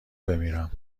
بمیرم